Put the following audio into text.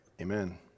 Amen